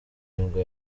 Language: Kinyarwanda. nibwo